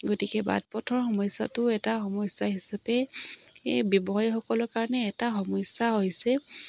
গতিকে বাট পথৰ সমস্যাটো এটা সমস্যা হিচাপে ব্যৱসায়ীসকলৰ কাৰণে এটা সমস্যা হৈছে